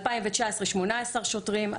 2019 18 שוטרים,